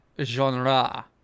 genre